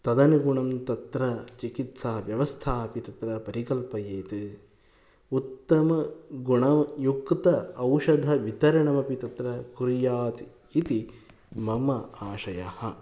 तदनुगुणं तत्र चिकित्सा व्यवस्था अपि तत्र परिकल्पयेत् उत्तमगुणयुक्त औषधवितरणमपि तत्र कुर्यात् इति मम आशयः